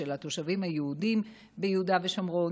של התושבים היהודים ביהודה ושומרון,